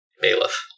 Bailiff